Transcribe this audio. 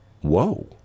whoa